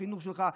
בחינוך שלך,